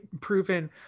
proven